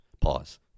Pause